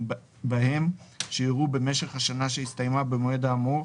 בהם שאירעו במשך השנה שהסתיימה במועד האמור,